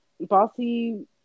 bossy